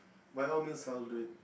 by all means I'll do it